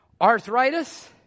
arthritis